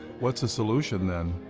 what's the solution then?